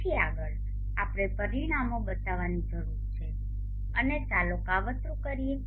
પછી આગળ આપણે પરિણામો બતાવવાની જરૂર છે અને ચાલો કાવતરું કરીએ